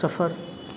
سفر